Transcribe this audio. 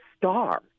star